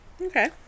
Okay